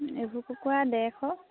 ইবোৰ কুকুৰা ডেৰশ